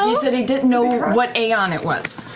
he said he didn't know what eon it was.